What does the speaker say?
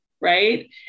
Right